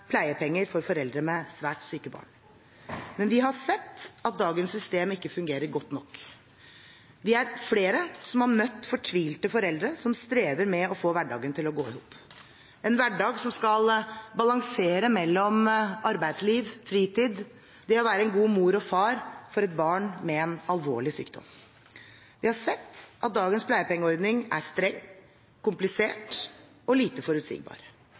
pleiepenger for foreldre med svært syke barn. Men vi har sett at dagens system ikke fungerer godt nok. Vi er flere som har møtt fortvilte foreldre som strever med å få hverdagen til å gå i hop – en hverdag som skal balansere mellom arbeidsliv og fritid og det å være en god mor og far for et barn med en alvorlig sykdom. Vi har sett at dagens pleiepengeordning er streng, komplisert og lite forutsigbar.